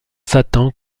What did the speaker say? satan